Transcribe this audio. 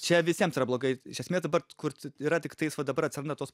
čia visiems yra blogai iš esmės dabar kurt yra tiktais va dabar atsiranda tos